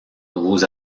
nouveaux